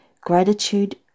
Gratitude